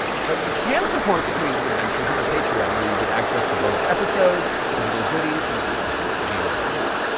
but you can support the queens of adventure through their patreon where you get access to bonus episodes, digital goodies, and even shape the game's story.